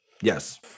Yes